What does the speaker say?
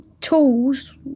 tools